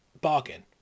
bargain